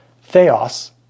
theos